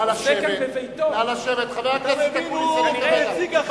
כבוד יושב-ראש ועדת